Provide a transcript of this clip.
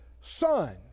Son